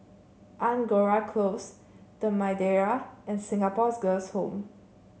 Angora Close The Madeira and Singapore's Girls' Home